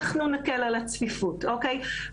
אנחנו נקל על הצפיפות, אוקי?